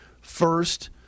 first